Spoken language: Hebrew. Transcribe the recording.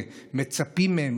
מצפים מהם,